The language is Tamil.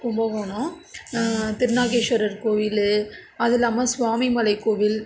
கும்பகோணம் திருநாகேஸ்வரர் கோயில் அதுவும் இல்லாமல் சுவாமி மலை கோவில்